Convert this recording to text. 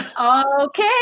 Okay